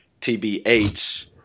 TBH